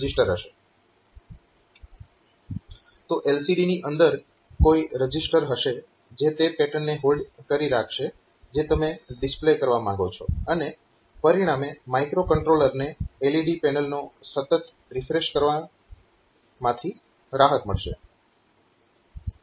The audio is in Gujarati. તો LCD ની અંદર કોઈ રજીસ્ટર હશે જે તે પેટર્નને હોલ્ડ કરી રાખશે જે તમે ડિસ્પ્લે કરવા માંગો છો અને પરિણામે માઇક્રોકન્ટ્રોલરને LED પેનલને સતત રિફ્રેશ કરવા માંથી રાહત મળશે